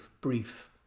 brief